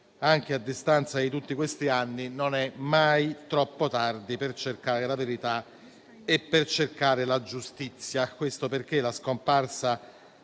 anche a distanza di tutti questi anni, non sia mai troppo tardi per cercare la verità e la giustizia, perché la scomparsa